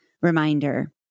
reminder